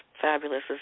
fabulous